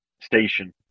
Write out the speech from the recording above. station